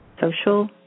social